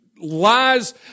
lies